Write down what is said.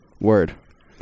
Word